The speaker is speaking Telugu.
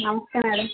నమస్తే మ్యాడం